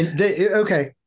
Okay